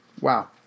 Wow